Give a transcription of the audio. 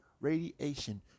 radiation